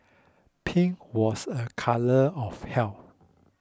pink was a colour of health